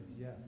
yes